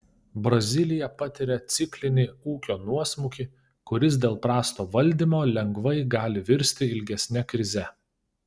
brazilija patiria ciklinį ūkio nuosmukį kuris dėl prasto valdymo lengvai gali virsti ilgesne krize